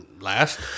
last